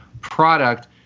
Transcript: product